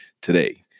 today